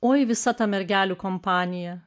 oi visa ta mergelių kompanija